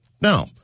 Now